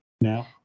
now